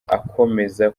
akomeza